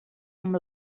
amb